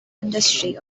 industry